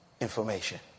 information